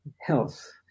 health